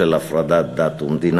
של הפרדת דת ומדינה,